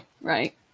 Right